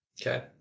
Okay